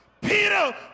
Peter